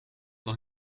doch